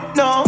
no